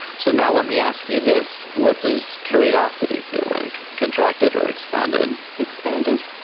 so now let me ask you this what does curiosity feel like? contracted or expanded? expanded.